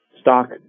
stock